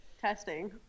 Testing